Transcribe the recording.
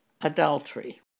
adultery